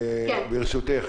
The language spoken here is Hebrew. ברשותך,